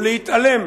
ולהתעלם